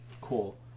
Cool